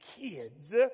kids